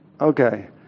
Okay